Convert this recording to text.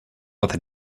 about